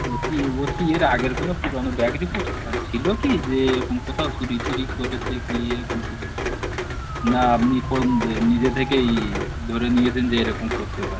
ও কি ওর কি এর আগের কোনো পুরানো ব্যাড রিপোর্ট ছিলো কি যে এরকম কোথাও চুরি টুরি করেছে কি এরকম কিছু না আপনি প যে নিজে থেকেই ধরে নিয়েছেন যে এরকম করতে পারে